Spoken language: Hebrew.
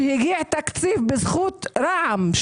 שהגיע תקציב בזכות רע"מ,